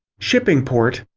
shippingport,